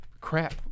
Crap